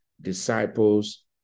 disciples